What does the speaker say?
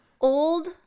old